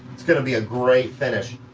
it's gonna be a great finish.